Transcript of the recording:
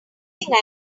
think